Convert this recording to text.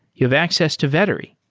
you have access to vettery.